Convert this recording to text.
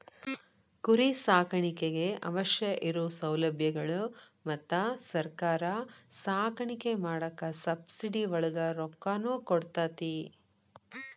ಕುರಿ ಸಾಕಾಣಿಕೆಗೆ ಅವಶ್ಯ ಇರು ಸೌಲಬ್ಯಗಳು ಮತ್ತ ಸರ್ಕಾರಾ ಸಾಕಾಣಿಕೆ ಮಾಡಾಕ ಸಬ್ಸಿಡಿ ಒಳಗ ರೊಕ್ಕಾನು ಕೊಡತತಿ